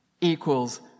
equals